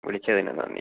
വിളിച്ചതിന് നന്ദി